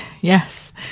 Yes